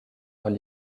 leurs